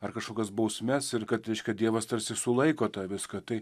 ar kažkokias bausmes ir kad reiškia dievas tarsi sulaiko tą viską tai